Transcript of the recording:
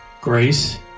Grace